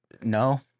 no